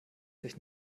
sich